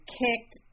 kicked